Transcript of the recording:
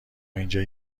اینجا